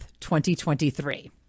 2023